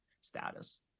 status